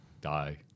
die